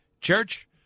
church